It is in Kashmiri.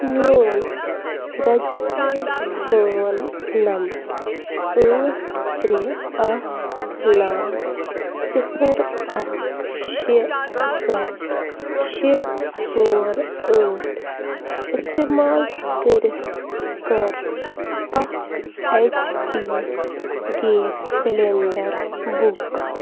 میون رَجِسٹٲڈ فون نمبر ٲٹھ ترٛےٚ اَکھ نَو صِفر اَکھ شےٚ سَتھ شےٚ ژور ٲٹھ اِستعمال کٔرِتھ کَر اَکھ H P gas cylinder book